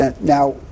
Now